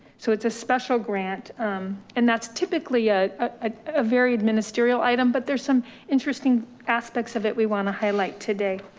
so it's a special grant and that's typically ah ah a very administerial item, but there's some interesting aspects of it we wanna highlight today.